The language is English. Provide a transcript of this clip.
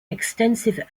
extensive